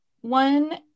One